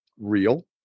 real